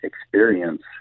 experience